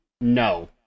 No